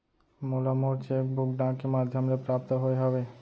मोला मोर cheque book डाक के मध्याम ले प्राप्त होय हवे